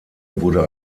wurde